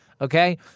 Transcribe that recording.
Okay